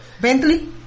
Bentley